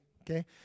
Okay